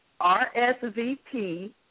rsvp